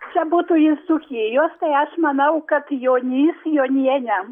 čia būtų iš dzūkijos tai aš manau kad jonys jonienė